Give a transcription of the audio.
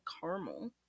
caramel